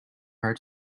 hard